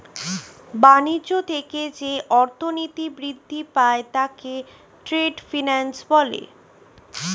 বাণিজ্য থেকে যে অর্থনীতি বৃদ্ধি পায় তাকে ট্রেড ফিন্যান্স বলে